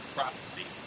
prophecy